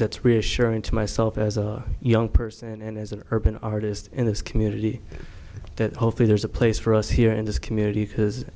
that's reassuring to myself as a young person and as an urban artist in this community that hopefully there's a place for us here in this community because